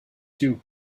you